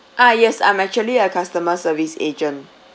ah yes I'm actually a customer service agent